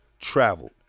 Traveled